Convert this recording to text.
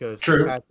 True